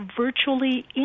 virtually